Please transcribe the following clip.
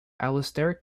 allosteric